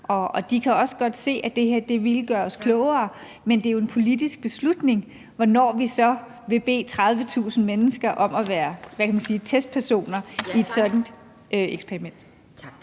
de kan også godt se, at det her ville gøre os klogere. Men det er jo en politisk beslutning, hvornår vi så vil bede 30.000 mennesker om at være – hvad kan man sige – testpersoner i et sådant eksperiment.